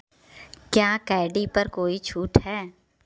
क्या कैंडी पर कोई छूट है